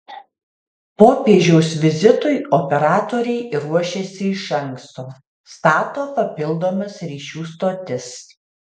popiežiaus vizitui operatoriai ruošiasi iš anksto stato papildomas ryšių stotis